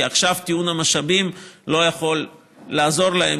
עכשיו טיעון המשאבים לא יכול לעזור להם,